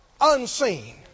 unseen